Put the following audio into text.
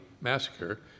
Massacre